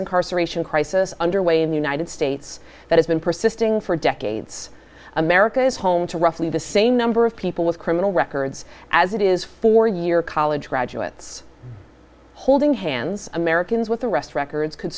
incarceration crisis underway in the united states that has been persisting for decades america is home to roughly the same number of people with criminal records as it is for your college graduates holding hands americans with arrest records could